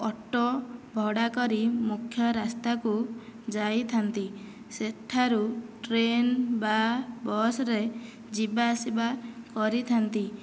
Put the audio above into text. auto ଭଡ଼ା କରି ମୁଖ୍ୟ ରାସ୍ତାକୁ ଯାଇଥାନ୍ତି ସେଠାରୁ ଟ୍ରେନ୍ ବା ବସରେ ଯିବା ଆସିବା କରିଥାନ୍ତି